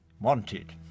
wanted